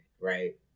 right